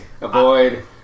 Avoid